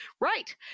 Right